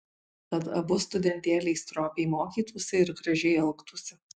kad abu studentėliai stropiai mokytųsi ir gražiai elgtųsi